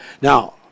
Now